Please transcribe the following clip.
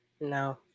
No